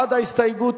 ההסתייגות